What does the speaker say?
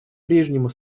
прежнему